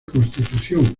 constitución